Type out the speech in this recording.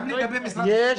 גם לגבי משרד החינוך.